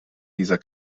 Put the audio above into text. dieser